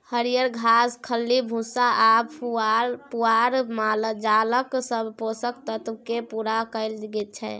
हरियर घास, खल्ली भुस्सा आ पुआर मालजालक सब पोषक तत्व केँ पुरा करय छै